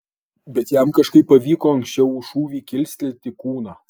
bet jam kažkaip pavyko anksčiau už šūvį kilstelti kūną